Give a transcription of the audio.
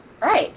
right